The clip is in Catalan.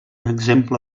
exemple